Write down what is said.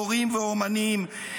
מורים ואומנים,